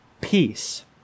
peace